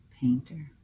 painter